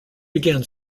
began